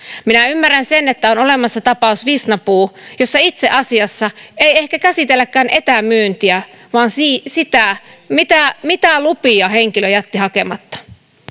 minä ymmärrän sen että on olemassa tapaus visnapuu jossa itse asiassa ei ehkä käsitelläkään etämyyntiä vaan sitä mitä mitä lupia henkilö jätti hakematta